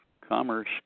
commerce